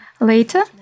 Later